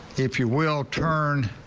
if you will turn.